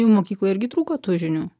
jum mokykloj irgi trūko tų žinių